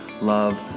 love